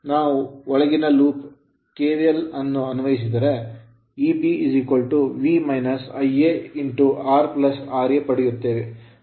ನಾವು ಒಳಗಿನ loop ಕುಣಿಕೆಯಲ್ಲಿ KVL ಅನ್ನು ಅನ್ವಯಿಸಿದರೆ ನಾವು Eb V Ia R ra ಪಡೆಯುತ್ತೇವೆ